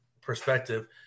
perspective